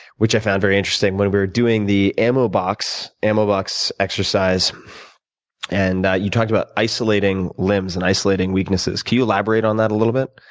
which i found very interesting. when we're doing the ammo box ammo box exercise and you talked about isolating limbs and isolating weaknesses, could you elaborate on that a little bit?